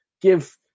give